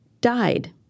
died